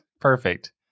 Perfect